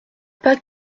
pas